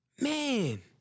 Man